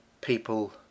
people